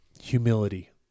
humility